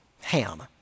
Ham